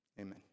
amen